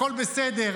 הכול בסדר.